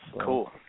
Cool